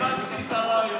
אני הבנתי את הרעיון.